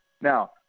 Now